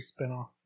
spinoff